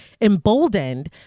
Emboldened